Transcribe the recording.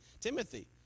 Timothy